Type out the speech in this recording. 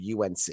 UNC